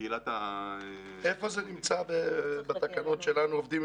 איפה נמצאים בתקנות העובדים,